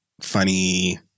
funny